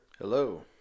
Hello